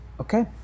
Okay